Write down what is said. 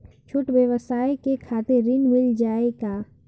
छोट ब्योसाय के खातिर ऋण मिल जाए का?